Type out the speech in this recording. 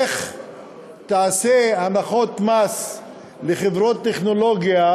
לך תעשה הנחות מס לחברות טכנולוגיה